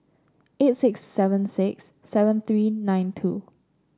eight six seven six seven three nine two